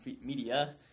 media